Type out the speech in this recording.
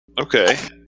Okay